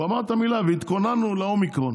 הוא אמר את המילים "התכוננו לאומיקרון".